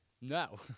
No